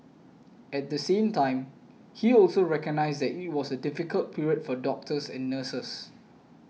at the same time he also recognised that it was a difficult period for doctors and nurses